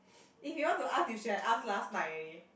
if you want to ask you should have ask last night already